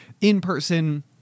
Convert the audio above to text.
in-person